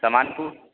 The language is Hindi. समान